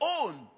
own